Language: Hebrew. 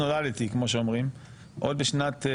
כמו שתראו עוד מעט,